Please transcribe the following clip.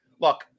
Look